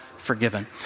forgiven